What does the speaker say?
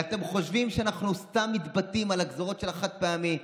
ואתם חושבים שאנחנו סתם מתבטאים על הגזרות של החד-פעמי.